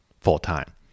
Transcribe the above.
full-time